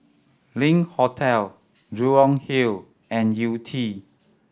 Link Hotel Jurong Hill and Yew Tee